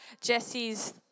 Jesse's